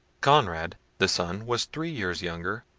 conrad, the son, was three years younger,